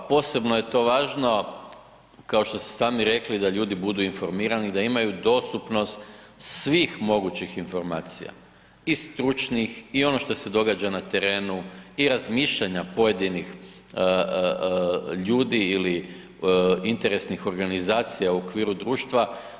Pa posebno je to važno kao što ste sami rekli da ljudi budu informirani, da imaju dostupnosti svih mogućih informacija i stručnih i ono što se događa na terenu i razmišljanja pojedinih ljudi ili interesnih organizacija u okviru društva.